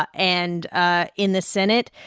ah and ah in the senate,